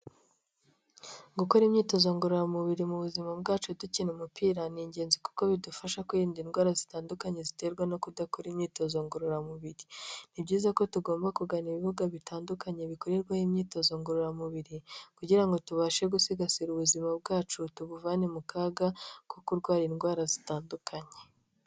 Gukora imyitozo ngororamubiri mu buzima bwacu dukina umupira ni ingenzi kuko bidufasha kwirinda indwara zitandukanye ziterwa no kudakora imyitozo ngororamubiri; ni byiza ko tugomba kugana ibibuga bitandukanye bikorerwaho imyitozo ngororamubiri, kugira ngo tubashe gusigasira ubuzima bwacu tubuvane mu kaga ko kurwara indwara zitandukanye.